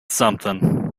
something